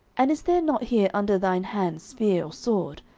and is there not here under thine hand spear or sword?